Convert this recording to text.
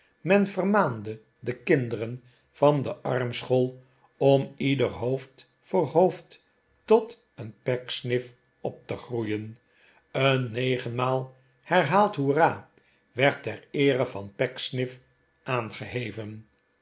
men vermaande de kinderen van de armschool om ieder hoofd voor hoofd tot een pecksniff op te groeien een negenmaal herhaald hoera werd ter eere van pecksniff aangeheven